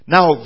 Now